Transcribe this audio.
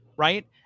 Right